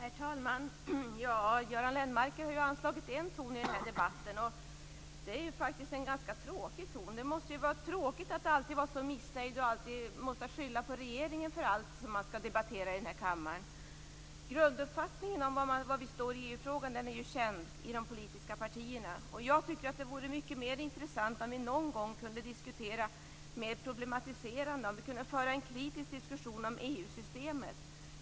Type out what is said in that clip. Herr talman! Göran Lennmarker har anslagit en ton i debatten. Det är faktiskt en ganska tråkig ton. Det måste vara tråkigt att alltid vara så missnöjd och alltid skylla regeringen för allt som skall debatteras i kammaren. Grunduppfattningen om var vi i de politiska partierna står i EU-frågan är känd. Det vore mer intressant om vi någon gång kunde diskutera i en mer problematiserande form, om vi kunde för en kritisk diskussion om EU-systemet.